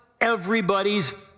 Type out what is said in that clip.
everybody's